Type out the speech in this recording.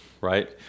right